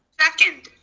second.